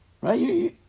Right